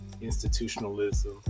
institutionalism